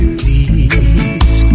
Please